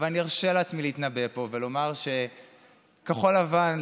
אבל אני ארשה לעצמי להתנבא פה ולומר שכחול לבן,